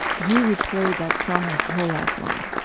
he replayed that trauma his whole life long.